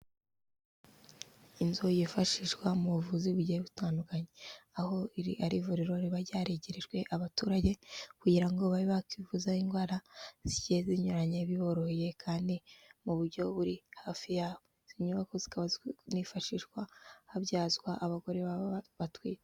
Inzu yifashishwa mu buvuzi bugiye butandukanye, aho iri ari ivuriro riba ryarigerejwe abaturage kugira ngo babe bakivuzaho indwara zigiye zinyuranye biboroheye kandi mu buryo buri hafi yabo, izi nyubako zikaba zinifashishwa habyazwa abagore baba batwite.